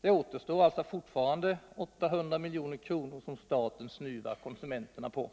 Det återstår alltså fortfarande 800 milj.kr. som staten genom matmomsen snuvar konsumenterna på.